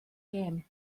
gem